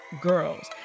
girls